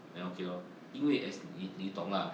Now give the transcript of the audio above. then okay lor 因为 as 你你懂 lah